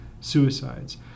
suicides